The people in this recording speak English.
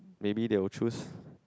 maybe they will choose